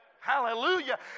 hallelujah